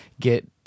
get